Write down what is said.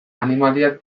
animaliak